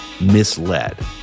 misled